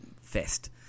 fest